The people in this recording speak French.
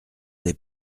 des